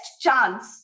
chance